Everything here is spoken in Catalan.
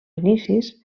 inicis